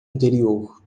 anterior